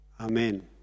Amen